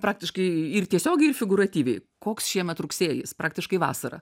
praktiškai ir tiesiogiai ir figūratyviai koks šiemet rugsėjis praktiškai vasara